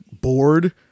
bored